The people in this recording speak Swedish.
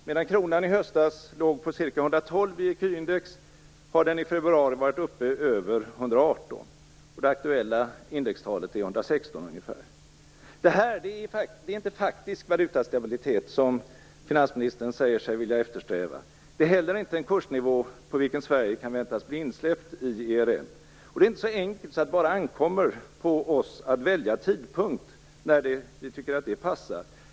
Medan kronan i höstas låg på ca 112 i ecuindex har den i februari varit uppe över 118. Det aktuella indextalet är ungefär 116. Detta är inte faktisk valutastabilitet, som finansministern säger sig vilja eftersträva. Det är heller inte en kursnivå på vilken Sverige kan väntas bli insläppt i ERM. Det är inte så enkelt att det bara ankommer på oss att välja tidpunkt när vi tycker att det passar.